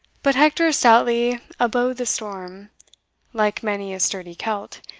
but hector stoutly abode the storm like many a sturdy celt,